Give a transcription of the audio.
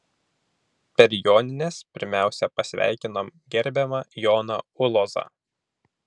per jonines pirmiausia pasveikinom gerbiamą joną ulozą